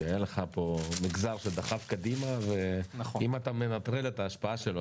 כי היה לך מגזר שדחף קדימה ואם אתה מנטרל את ההשפעה שלו,